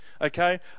Okay